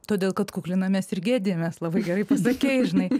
todėl kad kuklinamės ir gėdijamės labai gerai pasakei žinai